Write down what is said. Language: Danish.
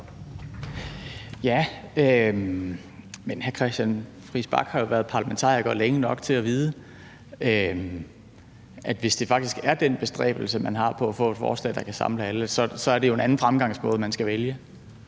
Ja, men hr. Christian Friis Bach har jo været parlamentariker længe nok til at vide, at hvis det faktisk er den bestræbelse, man har, efter at få et forslag, der kan samle alle, så er det jo en anden fremgangsmåde, man skal vælge.